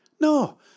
no